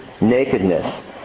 nakedness